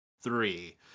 three